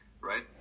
right